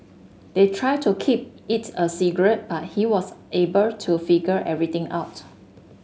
they tried to keep it a secret but he was able to figure everything out